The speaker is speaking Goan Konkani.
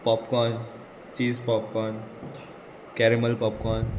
popcorn cheese popcorn caramel popcorn